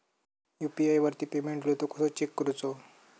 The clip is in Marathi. यू.पी.आय वरती पेमेंट इलो तो कसो चेक करुचो?